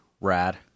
Rad